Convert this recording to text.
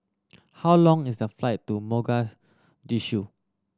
how long is the flight to Mogadishu